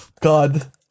God